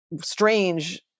strange